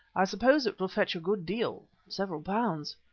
i suppose it will fetch a good deal several pounds.